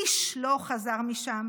איש לא חזר משם,